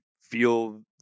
feel